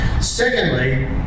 Secondly